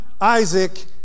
Isaac